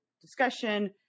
discussion